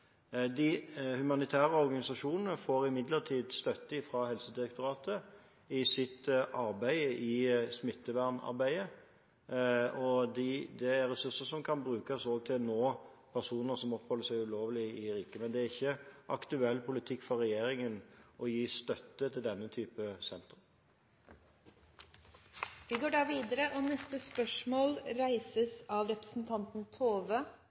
De humanitære organisasjonene får imidlertid støtte fra Helsedirektoratet i sitt arbeid med smittevern, og det er ressurser som òg kan brukes til å nå personer som oppholder seg ulovlig i riket, men det er ikke aktuell politikk for regjeringen å gi støtte til denne type senter. Vi går til spørsmål 15. Dette spørsmålet, fra representanten Tove